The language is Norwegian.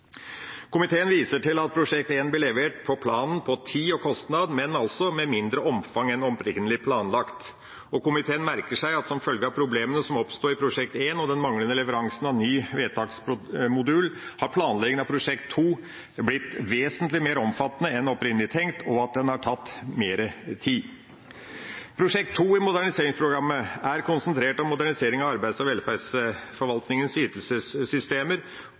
Komiteen viser til at Prosjekt 1 ble levert etter planen når det gjelder tid og kostnad, men altså i mindre omfang enn opprinnelig planlagt. Komiteen merker seg at som følge av problemene som oppsto i Prosjekt 1 og den manglende leveransen av ny vedtaksmodul, har planleggingen av Prosjekt 2 blitt vesentlig mer omfattende enn opprinnelig tenkt og har tatt mer tid. Prosjekt 2 i Moderniseringsprogrammet er konsentrert om modernisering av arbeids- og velferdsforvaltningens ytelsessystemer.